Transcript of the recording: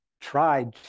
tried